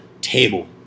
table